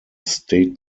state